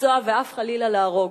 לפצוע ואף, חלילה, להרוג.